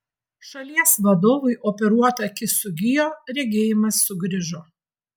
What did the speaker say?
šalies vadovui operuota akis sugijo regėjimas sugrįžo